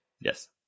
Yes